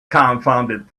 confounded